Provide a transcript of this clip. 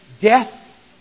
death